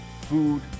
food